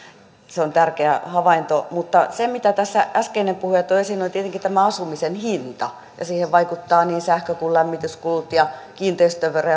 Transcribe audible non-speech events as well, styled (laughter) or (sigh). se on tärkeä havainto mutta se mitä tässä äskeinen puhuja toi esiin oli tietenkin tämä asumisen hinta ja siihen vaikuttavat niin sähkö kuin lämmityskulut ja kiinteistövero (unintelligible)